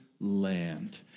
land